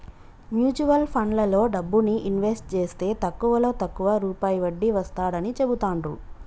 mutual ఫండ్లలో డబ్బుని invest జేస్తే తక్కువలో తక్కువ రూపాయి వడ్డీ వస్తాడని చెబుతాండ్రు